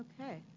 Okay